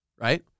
right